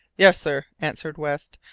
yes, sir, answered west,